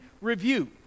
review